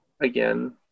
Again